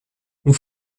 nous